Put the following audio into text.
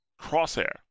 crosshair